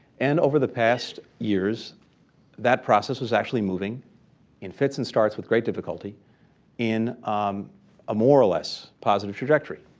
and over the past years that process is actually moving in fits and starts with great difficulty in a more or less positive trajectory.